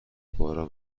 باران